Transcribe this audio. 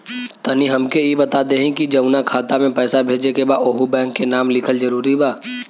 तनि हमके ई बता देही की जऊना खाता मे पैसा भेजे के बा ओहुँ बैंक के नाम लिखल जरूरी बा?